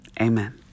amen